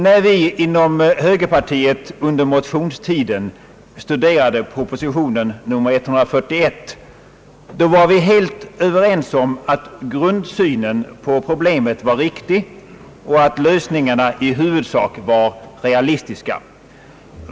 När vi inom högerpartiet under motionstiden studerade propositionen nr 141, var vi helt överens om att grundsynen på problemet var riktig och att lösningarna i huvudsak var realistiska.